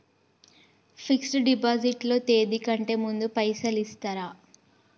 Fix డ్ deposit లో తేది కంటే ముందే పైసలు ఇత్తరా?